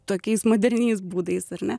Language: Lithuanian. tokiais moderniais būdais ar ne